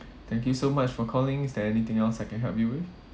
thank you so much for calling is there anything else I can help you with